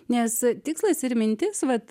nes tikslas ir mintis vat